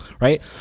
right